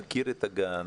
להכיר את הגן.